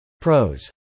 Pros